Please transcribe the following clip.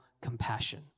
compassion